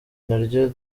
naryo